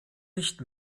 nicht